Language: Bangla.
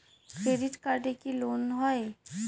ক্রেডিট কার্ডে কি লোন হয়?